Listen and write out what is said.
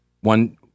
One